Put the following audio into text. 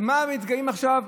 מה מתגאים עכשיו?